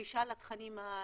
פלישה לתכנים האישיים,